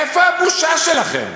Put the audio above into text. איפה הבושה שלכם?